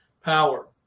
Power